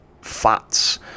fats